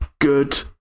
good